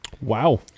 wow